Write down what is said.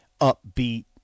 upbeat